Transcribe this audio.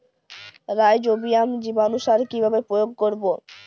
Rhizobium জীবানুসার কিভাবে প্রয়োগ করব?